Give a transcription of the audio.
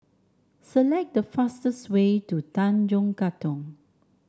select the fastest way to Tanjong Katong